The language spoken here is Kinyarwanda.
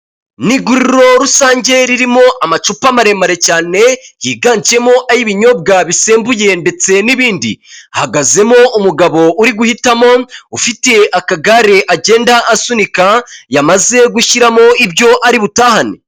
Ni iguriro rusange ririmo amacupa maremare cyane yiganjemo ay'ibinyobwa bisembuye ndetse n'ibindi, hahagazemo umugabo uri guhitamo, ufite akagare agenda asunika yamaze gushyiramo ibyo ari butahane.